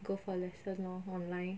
go for lesson lor online